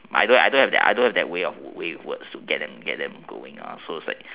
I don't have I don't have the ways of with words to get them to get them going so it's like